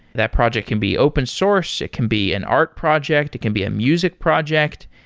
that project can be open source, it can be an art project, it can be a music project.